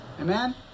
Amen